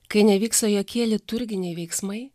kai nevyksta jokie liturginiai veiksmai